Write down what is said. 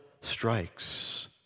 strikes